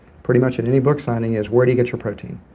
pretty much at any book signing is, where do you get your protein?